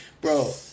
Bro